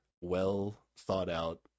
well-thought-out